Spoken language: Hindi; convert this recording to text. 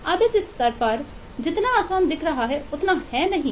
अब इस स्तर पर जितना आसान दिख रहा है उतना नहीं है